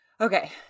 Okay